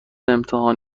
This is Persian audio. امتحان